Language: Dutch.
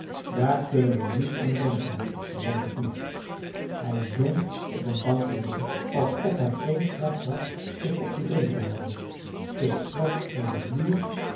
daar kunnen we niet aan denken zei de knecht hij zonk op een bank neer alsof hij geen kracht had zich op de been te houden keek strak naar den vloer